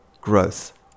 Growth